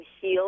heal